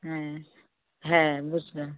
হ্যাঁ হ্যাঁ বুঝলাম